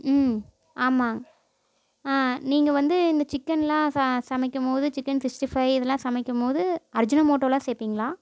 ம் ஆமாங்க ஆ நீங்கள் வந்து இந்த சிக்கென்லாம் ச சமைக்கும்போது சிக்கன் சிக்ஸ்ட்டி ஃபை இதெல்லாம் சமைக்கும்போது அஜினோமோட்டோலாம் சேர்ப்பீங்களா